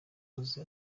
uzi